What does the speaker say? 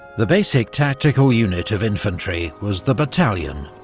the basic tactical unit of infantry was the battalion.